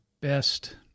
best